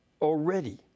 Already